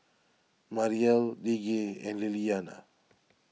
Mariel Lige and Liliana